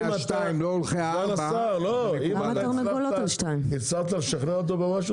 השתיים לא הולכי הארבע -- הצלחת לשכנע אותו במשהו?